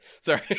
sorry